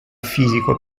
fisico